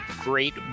great